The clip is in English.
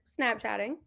snapchatting